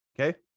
okay